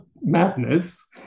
madness